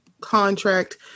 contract